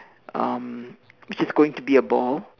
um which is going to be a ball